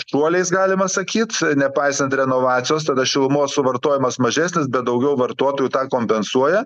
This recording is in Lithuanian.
šuoliais galima sakyt nepaisant renovacijos tada šilumos suvartojimas mažesnis bet daugiau vartotojų tą kompensuoja